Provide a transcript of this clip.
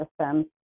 system